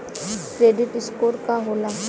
Credit score का होला?